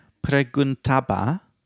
preguntaba